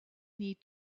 need